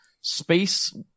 space